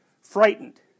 frightened